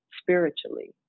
spiritually